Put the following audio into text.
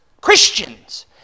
Christians